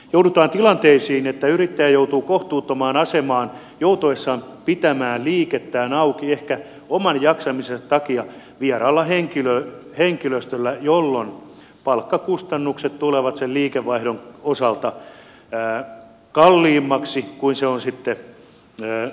joudutaan tilanteisiin että yrittäjä joutuu kohtuuttomaan asemaan joutuessaan pitämään liikettään auki ehkä oman jaksamisensa takia vieraalla henkilöstöllä jolloin palkkakustannukset tulevat sen liikevaihdon osalta kalliimmiksi kuin mitä se toiminta sitten tuottaa